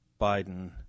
Biden